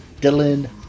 Dylan